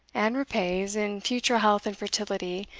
and repays, in future health and fertility,